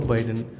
Biden